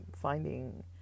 finding